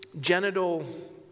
genital